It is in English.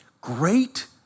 Great